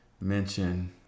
mention